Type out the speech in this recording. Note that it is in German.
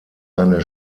eine